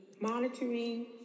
monitoring